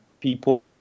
people